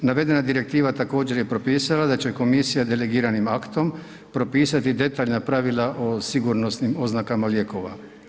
Navedena direktiva također je propisala da će komisija delegiranim aktom propisati detaljna pravila o sigurnosnim oznakama lijekova.